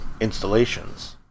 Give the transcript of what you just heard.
installations